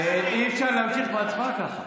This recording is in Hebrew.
אי-אפשר להמשיך בהצבעה ככה.